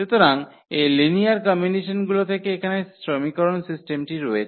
সুতরাং এই লিনিয়ার কম্বিনেশনগুলো থেকে এখানে সমীকরণ সিস্টেমটি রয়েছে